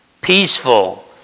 peaceful